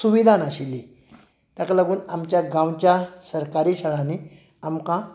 सुविधा नाशिल्ली ताका लागून आमच्या गांवांत आमच्या सरकारी शाळांनी आमकां